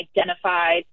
identified